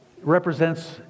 represents